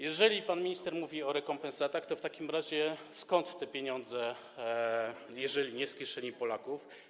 Jeżeli pan minister mówi o rekompensatach, to w takim razie skąd te pieniądze, jeżeli nie z kieszeni Polaków?